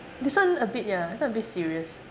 this one a bit ya this one a bit serious